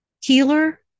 Healer